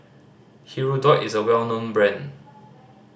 hirudoid is a well known brand